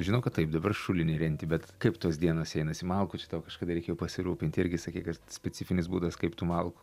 žinau kad taip dabar šulinį renti bet kaip tos dienos einasi malkų čia tau kažkada reikėjo pasirūpint irgi sakei kad specifinis būdas kaip tų malkų